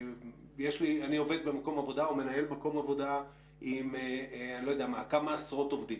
אני עובד במקום עבודה ומנהל מקום עבודה עם כמה עשרות עובדים,